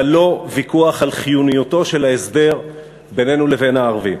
אבל לא ויכוח על חיוניותו של ההסדר בינינו לבין הערבים.